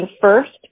first